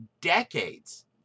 decades